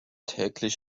tagtäglich